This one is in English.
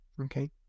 Okay